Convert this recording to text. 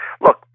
Look